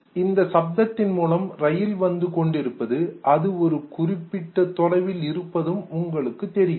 அந்த சப்தத்தின் மூலம் ரயில் வந்து கொண்டிருப்பதும் அது ஒரு குறிப்பிட்ட தொலைவில் இருப்பதும் உங்களுக்கு தெரிகிறது